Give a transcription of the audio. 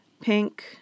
pink